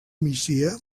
migdia